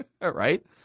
right